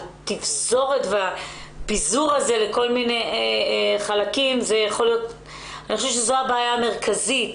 התפזורת והפיזור הזה לכל מיני חלקים זו הבעיה המרכזית